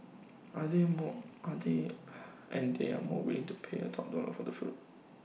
and they more and they and they are more willing to pay top dollar of the fruit